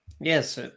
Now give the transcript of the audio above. Yes